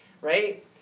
right